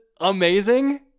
amazing